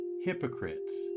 Hypocrites